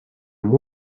amb